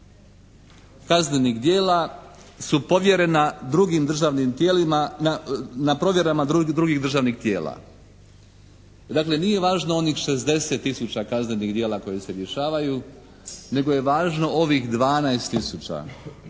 kaznenih djela su povjerena drugim državnim tijelima, na provjerama drugih državnih tijela. Dakle, nije važno onih 60 tisuća kaznenih djela koji se rješavaju, nego je važno ovih 12 tisuća,